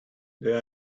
they